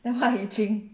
then what you drink